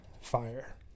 fire